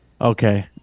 Okay